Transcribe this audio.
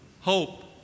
hope